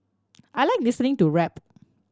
I like listening to rap